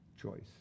choice